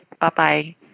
Bye-bye